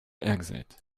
exit